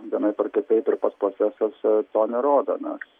vienaip ar kitaip ir pats procesas to nerodo nes